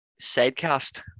Sidecast